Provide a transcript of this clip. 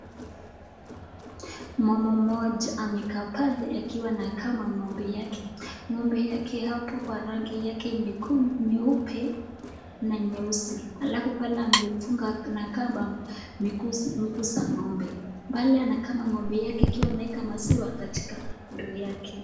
Mama mmoja amekaa pale akiwa anakama ng'ombe yake. Ng'ombe yake ako kwa rangi yake nyeupe na nyeusi, alafu pale amefunga na kamba miguu za ng'ombe. Pale anakama ng'ombe yake akiwa anaeka maziwa katika ndoo yake.